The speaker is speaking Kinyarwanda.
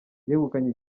yegukanye